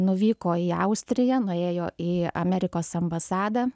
nuvyko į austriją nuėjo į amerikos ambasadą